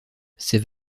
ces